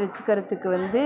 வெச்சுக்கிறத்துக்கு வந்து